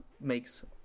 makes